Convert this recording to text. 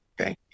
Okay